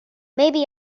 maybe